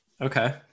okay